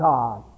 God